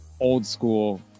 old-school